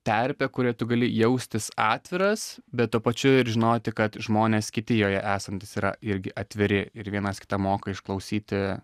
terpę kurioje tu gali jaustis atviras bet tuo pačiu ir žinoti kad žmonės kiti joje esantys yra irgi atviri ir vienas kitą moka išklausyti